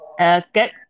Okay